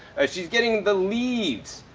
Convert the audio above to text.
she's getting the leaves.